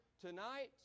tonight